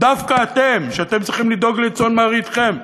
דווקא אתם, שאתם צריכים לדאוג לצאן מרעיתכם.